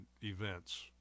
events